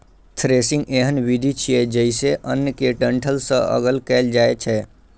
threshing एहन विधि छियै, जइसे अन्न कें डंठल सं अगल कैल जाए छै